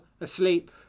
asleep